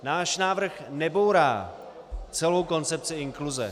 Náš návrh nebourá celou koncepci inkluze.